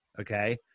Okay